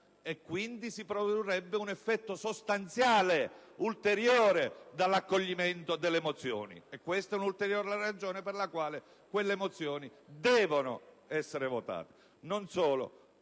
quindi, un effetto sostanziale ulteriore dall'accoglimento delle mozioni, e questa è una ulteriore ragione per la quale quelle mozioni devono essere votate.